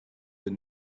will